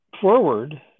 forward